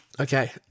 okay